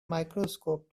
microscope